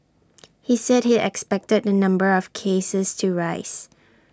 he said he expected the number of cases to rise